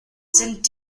sind